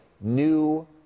new